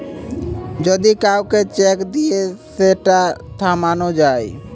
যদি কাউকে চেক দিয়ে সেটা থামানো যায়